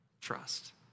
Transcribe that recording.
trust